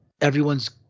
everyone's